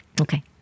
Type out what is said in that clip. Okay